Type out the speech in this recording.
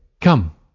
Come